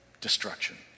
destruction